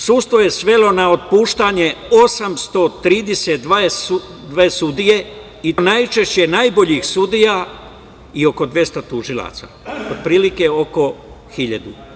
Sudstvo je svelo na otpuštanje 832 sudije, i to najčešće najboljih sudija, i oko 200 tužilaca, otprilike oko 1.000.